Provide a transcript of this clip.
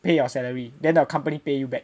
pay your salary then the company pay you back